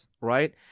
right